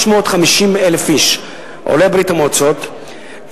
350,000 איש עולי ברית-המועצות,